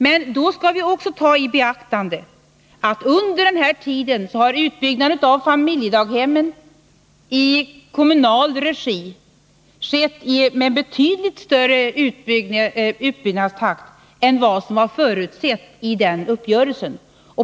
Men då bör vi också ta i beaktande att utbyggnaden av familjedaghemmen i kommunal regi under denna tid har skett med betydligt större utbyggnadstakt än vad som har förutsetts vid uppgörelsen.